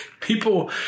People